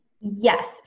Yes